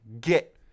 get